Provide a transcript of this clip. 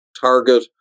target